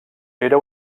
era